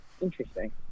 Interesting